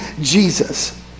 Jesus